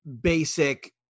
basic